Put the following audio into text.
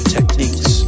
Techniques